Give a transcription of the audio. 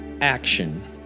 action